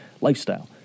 lifestyle